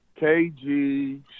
KG